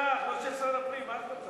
זו הממשלה שלך, לא של שר הפנים, מה את רוצה?